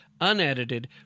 unedited